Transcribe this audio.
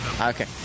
Okay